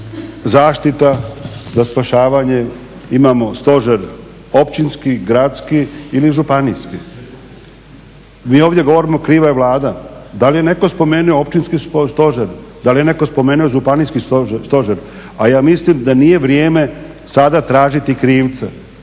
zaštita za spašavanje. Imamo stožer općinski, gradski ili županijski. Mi ovdje govorimo kriva je Vlada. Da li je netko spomenuo općinski stožer? Da li je netko spomenuo županijski stožer? A ja mislim da nije vrijeme sada tražiti krivca.